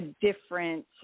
different